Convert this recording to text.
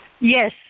Yes